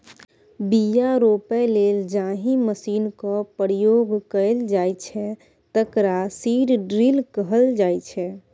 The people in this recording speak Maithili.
बीया रोपय लेल जाहि मशीनक प्रयोग कएल जाइ छै तकरा सीड ड्रील कहल जाइ छै